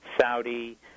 Saudi